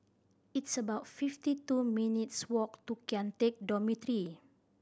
it's about fifty two minutes' walk to Kian Teck Dormitory